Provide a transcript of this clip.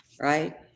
right